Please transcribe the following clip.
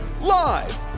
Live